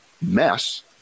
mess